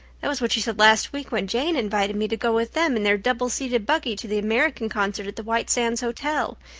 that was what she said last week when jane invited me to go with them in their double-seated buggy to the american concert at the white sands hotel.